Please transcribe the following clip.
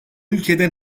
ülkeden